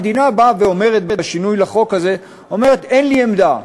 המדינה אומרת בשינוי לחוק הזה: אין לי עמדה,